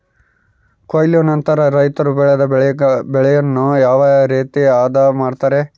ಕೊಯ್ಲು ನಂತರ ರೈತರು ಬೆಳೆದ ಬೆಳೆಯನ್ನು ಯಾವ ರೇತಿ ಆದ ಮಾಡ್ತಾರೆ?